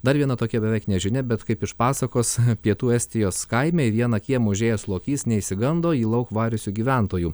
dar viena tokia beveik ne žinia bet kaip iš pasakos pietų estijos kaime į vieną kiemą užėjęs lokys neišsigando jį lauk variusių gyventojų